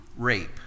rape